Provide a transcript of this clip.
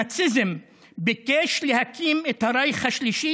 הנאציזם ביקש להקים את הרייך השלישי